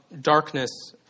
darkness